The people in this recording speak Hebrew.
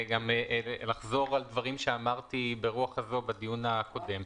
ולחזור על דברים שאמרתי ברוח הזו בדיון הקודם.